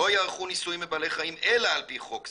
'לא ייערכו ניסויים בבעלי חיים אלא על פי חוק זה',